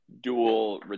dual